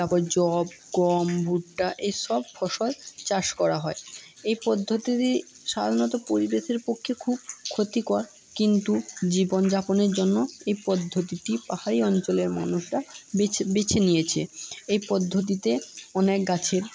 তারপর যব গম ভুট্টা এসব ফসল চাষ করা হয় এই পদ্ধতিটি সাধারণত পরিবেশের পক্ষে খুব ক্ষতিকর কিন্তু জীবনযাপনের জন্য এই পদ্ধতিটি পাহাড়ি অঞ্চলের মানুষরা বেছে নিয়েছে এই পদ্ধতিতে অনেক গাছের